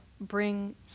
bring